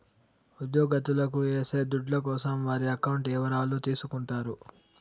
ఉద్యోగత్తులకు ఏసే దుడ్ల కోసం వారి అకౌంట్ ఇవరాలు తీసుకుంటారు